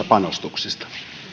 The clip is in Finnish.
panostuksista arvoisa puhemies